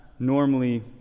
normally